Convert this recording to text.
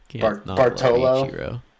Bartolo